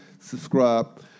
subscribe